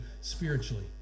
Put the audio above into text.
spiritually